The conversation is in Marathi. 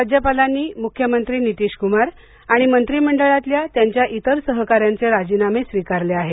राज्यपालांनी मुख्यमंत्री नितीश कुमार आणि मंत्रिमंडळातल्या त्यांच्या इतर सहकाऱ्यांचे राजीनामे स्विकारले आहेत